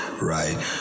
Right